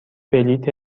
بلیت